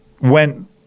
went